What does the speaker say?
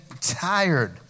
tired